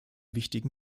wichtigen